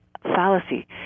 fallacy